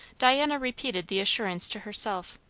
diana repeated the assurance to herself.